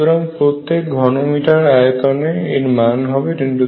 সুতরাং প্রত্যেক ঘনমিটার আয়তন এর মান হবে 1028